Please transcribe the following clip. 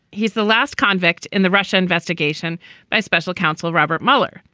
he's the last convict in the russia investigation by special counsel robert mueller.